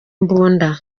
imbunda